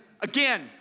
Again